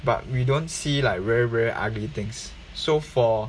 but we don't see like very rare ugly things so for